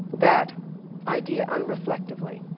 that idea unreflectively